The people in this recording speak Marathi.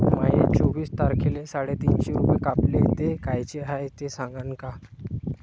माये चोवीस तारखेले साडेतीनशे रूपे कापले, ते कायचे हाय ते सांगान का?